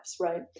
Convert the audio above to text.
right